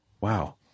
wow